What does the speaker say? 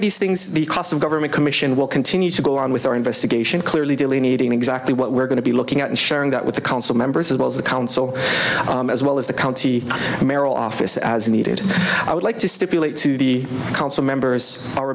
despite these things the cost of government commission will continue to go on with our investigation clearly delineating exactly what we're going to be looking at and sharing that with the council members as well as the council as well as the county merril office as needed i would like to stipulate to the council members